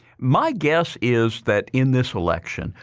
my guess is that in this election,